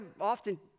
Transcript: often